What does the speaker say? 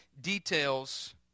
details